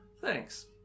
Thanks